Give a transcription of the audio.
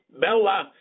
Bella